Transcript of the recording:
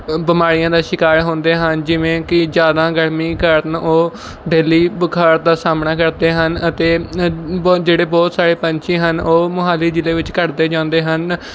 ਬਿਮਾਰੀਆਂ ਦਾ ਸ਼ਿਕਾਰ ਹੁੰਦੇ ਹਨ ਜਿਵੇਂ ਕੀ ਜ਼ਿਆਦਾ ਗਰਮੀ ਕਾਰਨ ਉਹ ਡੇਲੀ ਬੁਖਾਰ ਦਾ ਸਾਹਮਣਾ ਕਰਦੇ ਹਨ ਅਤੇ ਬੋ ਜਿਹੜੇ ਬਹੁਤ ਸਾਰੇ ਪੰਛੀ ਹਨ ਉਹ ਮੋਹਾਲੀ ਜ਼ਿਲ੍ਹੇ ਵਿੱਚ ਘੱਟਦੇ ਜਾਂਦੇ ਹਨ